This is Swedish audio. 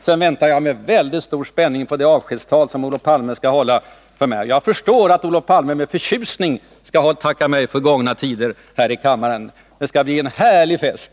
Sedan väntar jag med väldigt stor spänning på det avskedstal som Olof Palme skall hålla för mig. Jag förstår att Olof Palme med förtjusning skall avtacka mig för gångna tider här i kammaren. Det skall bli en härlig fest!